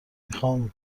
میخام